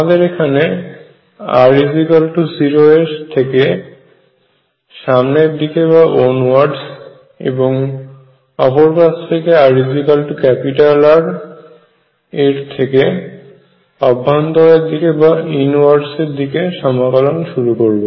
আমাদের এখানে r0 এর থেকে সামনের দিকে এবং অপর পাস থেকে rR অভ্যন্তরের দিকে সমাকলন শুরু করব